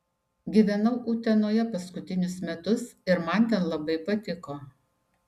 gyvenau utenoje paskutinius metus ir man ten labai patiko